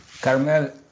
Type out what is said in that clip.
Carmel